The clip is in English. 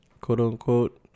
quote-unquote